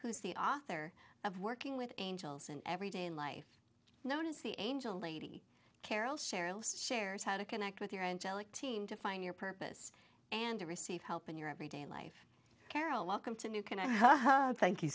who's the author of working with angels in everyday life known as the angel lady carole sheryl's shares how to connect with your angelic team to find your purpose and to receive help in your everyday life carol welcome to new can i thank you